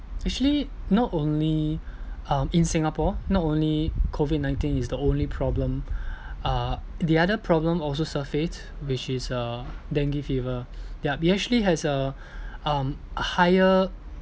actually not only um in Singapore not only COVID nineteen is the only problem uh the other problem also surface which is uh dengue fever ya it actually has a um a higher